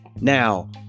Now